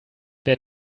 wer